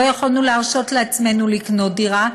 כי לא יכולנו להרשות לעצמנו לקנות דירה.